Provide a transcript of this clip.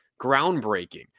groundbreaking